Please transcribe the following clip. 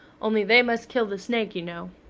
only they must kill the snake, you know.